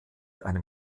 einem